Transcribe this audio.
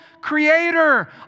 creator